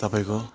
तपाईँको